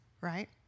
right